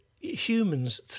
Humans